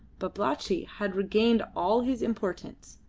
babalatchi had regained all his importance.